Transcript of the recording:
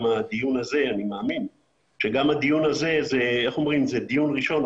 אני מאמין שגם הדיון הזה זה דיון ראשון,